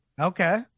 okay